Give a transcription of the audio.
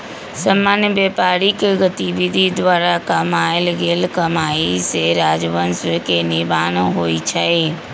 सामान्य व्यापारिक गतिविधि द्वारा कमायल गेल कमाइ से राजस्व के निर्माण होइ छइ